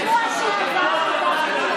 פה עבודה.